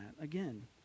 again